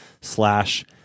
slash